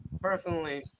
personally